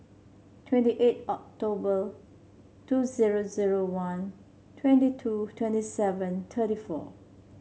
twenty eight October two zero zero one twenty two twenty seven thirty four